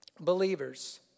believers